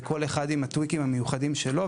וכל אחד עם הטוויקים המיוחדים שלו.